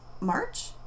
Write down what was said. March